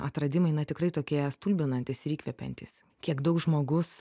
atradimai na tikrai tokie stulbinantys ir įkvepiantys kiek daug žmogus